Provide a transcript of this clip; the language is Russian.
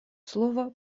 слово